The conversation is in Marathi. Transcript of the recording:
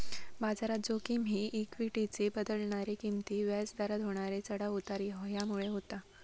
बाजारात जोखिम ही इक्वीटीचे बदलणारे किंमती, व्याज दरात होणारे चढाव उतार ह्यामुळे होता